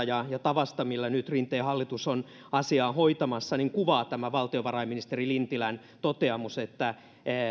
ja sitä tapaa millä nyt rinteen hallitus on asiaa hoitamassa kuvaa valtiovarainministeri lintilän toteamus että